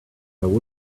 would